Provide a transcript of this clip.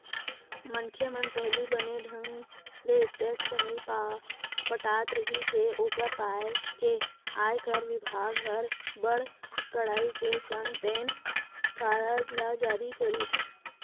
मनखे मन पहिली बने ढंग ले टेक्स नइ पटात रिहिस हे ओकर पाय के आयकर बिभाग हर बड़ कड़ाई के संग पेन कारड ल जारी करिस